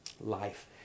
life